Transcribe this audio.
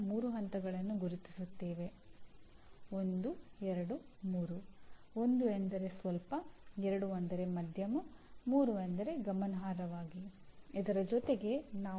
ಅವರೆಲ್ಲರೂ ಶೈಕ್ಷಣಿಕ ಪ್ರಕ್ರಿಯೆಗಳಲ್ಲಿ ಮತ್ತು ಯಾವ ರೀತಿಯ ಬೋಧಕವರ್ಗದ ಅಗತ್ಯವಿದೆ ಇತ್ಯಾದಿ ವಿಷಯಗಳಲ್ಲಿ ಪ್ರಭಾವ ಬೀರುತ್ತಾರೆ